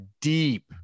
deep